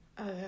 Okay